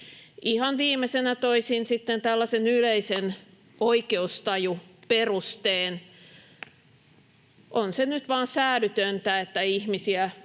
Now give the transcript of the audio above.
toisin sitten tällaisen yleisen oikeustajuperusteen: On se nyt vain säädytöntä, että kun ihmisiä